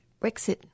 Brexit